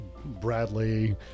Bradley